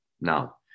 Now